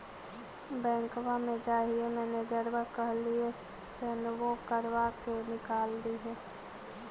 बैंकवा मे जाहिऐ मैनेजरवा कहहिऐ सैनवो करवा के निकाल देहै?